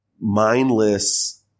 mindless